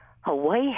Hawaii